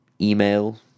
email